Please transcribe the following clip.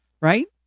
right